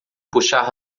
puxar